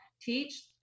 teach